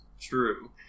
True